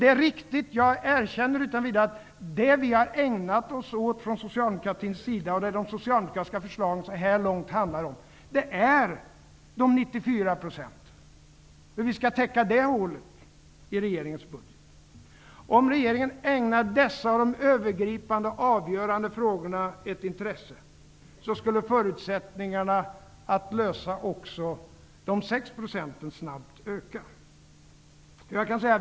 Det är riktigt, jag erkänner det utan vidare, att det vi från socialdemokratins sida har ägnat oss åt och det de socialdemokratiska förslagen så här långt har handlat om är hur vi skall kunna täcka de 94 Om regeringen ägnade dessa och de övergripande och avgörande frågorna ett intresse, skulle förutsättningarna att också lösa problemet med de sex procenten snabbt öka.